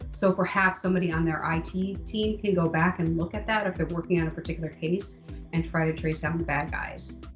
so perhaps somebody on their it team team can go back and look at that if they're working on a particular case and try to trace down the bad guys.